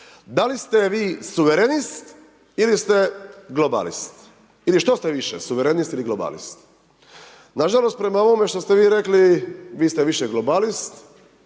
Da li ste vi suverenist ili ste globalist, ili što ste više, suverenist ili globalist? Nažalost prema ovome što ste vi rekli, vi ste više globalist,